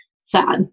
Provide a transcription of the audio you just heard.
sad